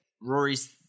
Rory's